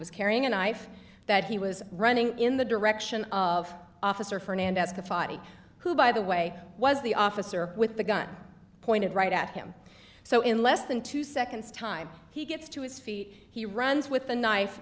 was carrying a knife that he was running in the direction of officer fernandez to fight who by the way was the officer with the gun pointed right at him so in less than two seconds time he gets to his feet he runs with the knife